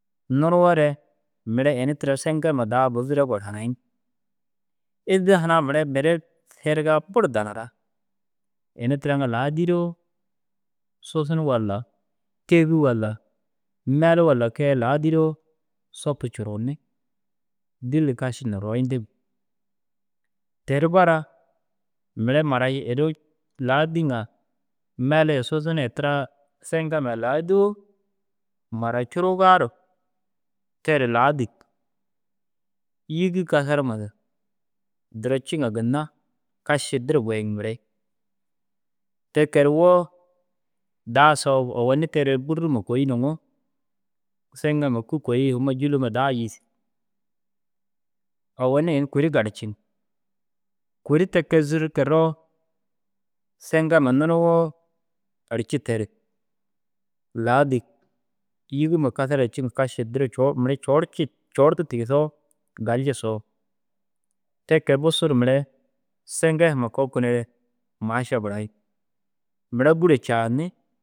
Nunuwore mire ini tira seŋke huma da buzzire gor hanayiŋ. Êzza hunaa mire mere ru herigaa buru danara ini tira ŋa ladiroo susun walla têgi walla meli walla kee ladiroo sopu curuunni dîlli kašintu royintig. Te ru bara mire mara inuu laadiŋa meli ye susun ye tira seŋke mayi ladoo mara curugaa ru ter laadig yîgi kasar huma duro ciiŋa ginna kaši dir goyiŋ mire i. Te kee ru woo da soog owoni terere bûruma kôi nuŋu seŋkema kûi kôi huma jûloma da yîsig. Owoni ini kuri garciŋ. Kuri te kee zîrke roo seŋkema nunuwo yerci terig laadig yîgima kasara ciiŋa kaši dir mire coorci cordu tigisoo galci soog te kee busuru mire seŋke huma kokinere maaša burayiŋ mire gûro caanni.